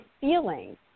feeling